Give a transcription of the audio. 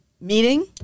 meeting